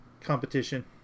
competition